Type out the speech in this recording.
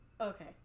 okay